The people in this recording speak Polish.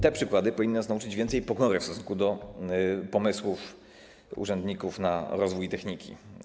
Te przykłady powinny nas nauczyć więcej pokory w stosunku do pomysłów urzędników na rozwój techniki.